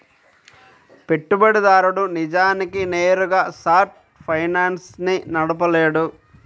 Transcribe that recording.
పెట్టుబడిదారుడు నిజానికి నేరుగా షార్ట్ ఫైనాన్స్ ని నడపలేడు